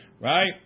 Right